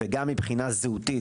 וגם זהותית,